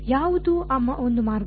ಯಾವುದು ಆ ಒಂದು ಮಾರ್ಗ